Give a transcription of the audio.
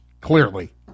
clearly